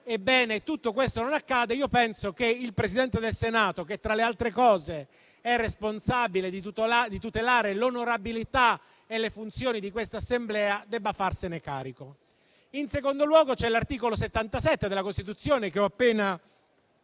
tutto questo non accade. Penso che il Presidente del Senato, che tra le altre cose è responsabile di tutelare l'onorabilità e le funzioni di quest'Assemblea, debba farsene carico. In secondo luogo, c'è l'articolo 77 della Costituzione che ho appena